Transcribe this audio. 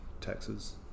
taxes